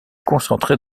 concentrés